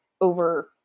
over